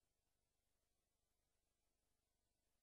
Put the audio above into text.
עכשיו,